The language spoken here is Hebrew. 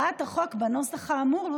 הצעת החוק בנוסח האמור,